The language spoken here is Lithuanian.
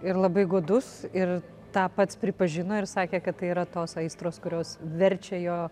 ir labai godus ir tą pats pripažino ir sakė kad tai yra tos aistros kurios verčia jo